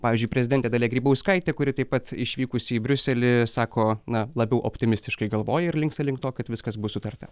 pavyzdžiui prezidentė dalia grybauskaitė kuri taip pat išvykusi į briuselį sako na labiau optimistiškai galvoja ir linksta link to kad viskas bus sutarta